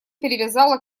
перевязала